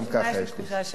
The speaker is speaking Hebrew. גם ככה יש לי סיכוי.